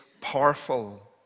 powerful